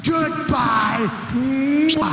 Goodbye